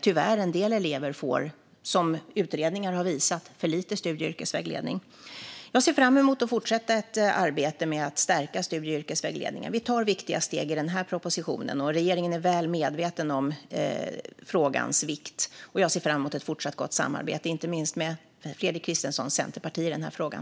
Tyvärr visar utredningar att en del elever får för lite studie och yrkesvägledning. Jag ser fram emot att fortsätta arbetet med att stärka studie och yrkesvägledningen. Vi tar viktiga steg i den här propositionen. Regeringen är väl medveten om frågans vikt, och jag ser fram emot ett fortsatt gott samarbete, inte minst med Fredrik Christenssons centerparti, i den här frågan.